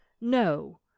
No